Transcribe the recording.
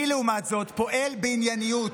אני לעומת זאת פועל בענייניות.